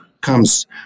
comes